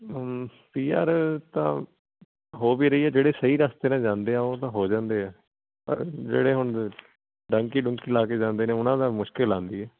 ਪੀ R ਤਾਂ ਹੋ ਵੀ ਰਹੀ ਐ ਜਿਹੜੇ ਸਹੀ ਰਸਤੇ ਨਾਲ ਜਾਂਦੇ ਐ ਉਹ ਤਾਂ ਹੋ ਜਾਂਦੇ ਐ ਪਰ ਜਿਹੜੇ ਹੁਣ ਡੰਕੀ ਡੁੰਕੀ ਲਾ ਕੇ ਜਾਂਦੇ ਨੇ ਉਨ੍ਹਾਂ ਦਾ ਮੁਸ਼ਕਿਲ ਆਂਦੀ ਐ